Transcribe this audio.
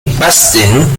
baptism